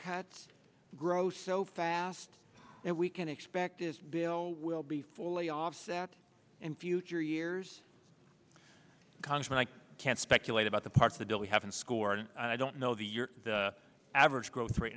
cuts grow so fast that we can expect this bill will be fully offset in future years congressman i can't speculate about the part of the bill we haven't scored and i don't know the year the average growth rate